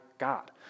God